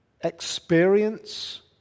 experience